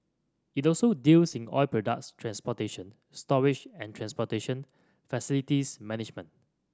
it also deals in oil products transportation storage and transportation facilities management